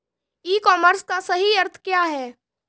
ई commerce का सही अर्थ क्या है?